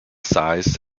size